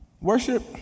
Worship